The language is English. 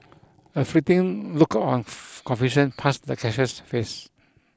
a fleeting look of confusion passed the cashier's face